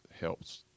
helps